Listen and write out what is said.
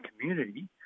community